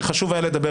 שקר.